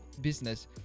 business